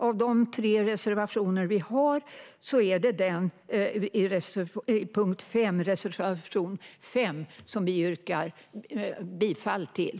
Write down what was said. Av de tre reservationer vi har är det denna, reservation 5, som jag yrkar bifall till.